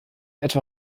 etwa